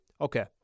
Okay